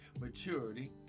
maturity